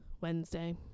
Wednesday